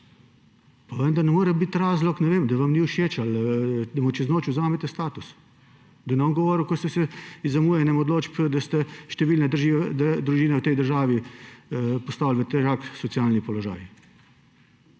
pa vendar ne more biti razlog, ne vem, da vam ni všeč, da mu čez noč vzamete status. Da ne bom govoril, da ste z zamujanjem odločb številne družine v tej državi postavili v težak socialni položaj.